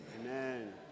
Amen